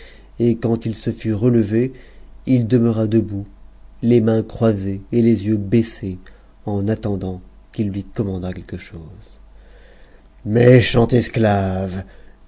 et quand il se fut relevé il demeura debout les mains croisées et les yeux baissés en attendant qu'il lui commandât quelque chose méchant esclave